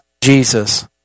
Jesus